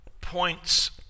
points